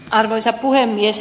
arvoisa puhemies